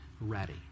ready